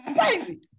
crazy